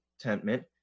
contentment